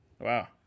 Wow